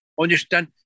understand